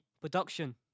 production